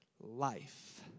life